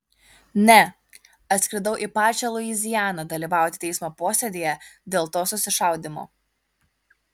ne atskridau į pačią luizianą dalyvauti teismo posėdyje dėl to susišaudymo